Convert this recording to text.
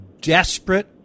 desperate